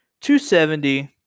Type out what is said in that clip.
270